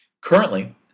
Currently